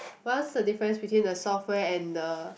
what's the different between the software and the